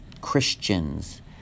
Christians